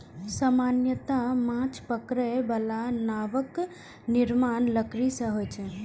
सामान्यतः माछ पकड़ै बला नावक निर्माण लकड़ी सं होइ छै